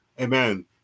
amen